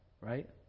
right